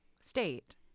state